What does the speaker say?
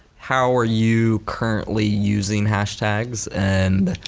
how are you currently using hashtags and